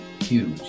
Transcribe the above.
huge